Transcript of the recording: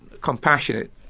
compassionate